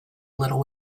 little